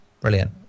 brilliant